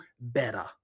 better